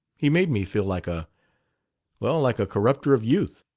he made me feel like a well, like a corrupter of youth.